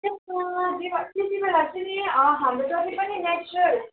त्यसमा ब्यापार त्यतिबेला चाहिँ नि हाम्रो जति पनि नेचरल